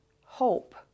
hope